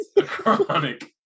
chronic